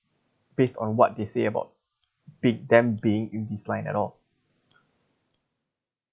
based on what they say about big damn being in this line at all